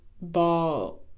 ball